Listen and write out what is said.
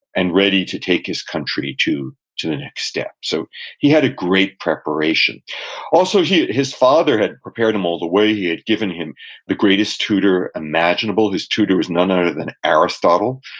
and ready to take his country to to the next step. so he had a great preparation also, his father had prepared him all the way he had given him the greatest tutor imaginable. his tutor was none other than aristotle,